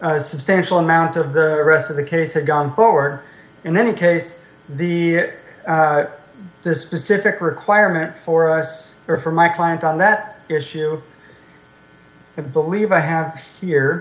a substantial amount of the rest of the case had gone forward in any case the this specific requirement for us or for my client on that issue i believe i have